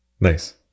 Nice